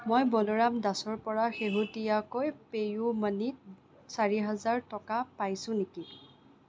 মই বলোৰাম দাসৰ পৰা শেহতীয়াকৈ পে ইউ মানিত চাৰি হাজাৰ টকা পাইছোঁ নেকি